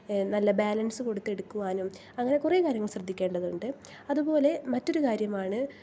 നല്ല ബാലൻസ് കൊടുത്തെടുക്കുവാനും അങ്ങനെ കുറേ കാര്യങ്ങൾ ശ്രദ്ധിക്കേണ്ടതുണ്ട് അതുപോലെ മറ്റൊരു കാര്യമാണ്